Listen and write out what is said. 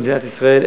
במדינת ישראל,